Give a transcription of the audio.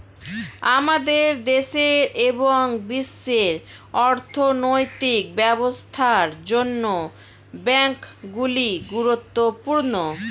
আমাদের দেশের এবং বিশ্বের অর্থনৈতিক ব্যবস্থার জন্য ব্যাংকগুলি গুরুত্বপূর্ণ